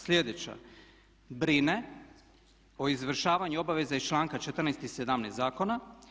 Sljedeća, brzine o izvršavanju obaveza iz članka 14. i 17. zakona.